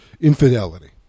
infidelity